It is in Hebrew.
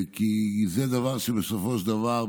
כי בסופו של דבר,